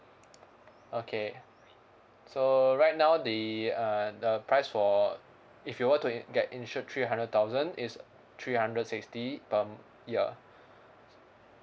okay so right now the uh the price for if you were to i~ get insured three hundred thousand is three hundred sixty per m~ year